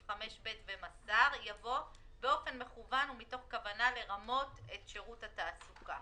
5(ב) ומסר" יבוא "באופן מכוון ומתוך כוונה לרמות את שירות התעסוקה".